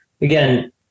again